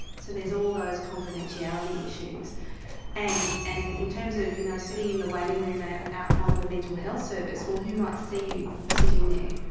so there's all those confidentiality issues and and in terms of you know sitting in the waiting room out the front of a mental health service, well who might see you sitting there?